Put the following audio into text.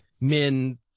men